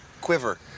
quiver